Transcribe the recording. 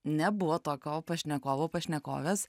nebuvo tokio pašnekovo pašnekovės